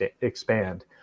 expand